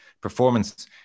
performance